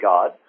God